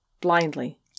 blindly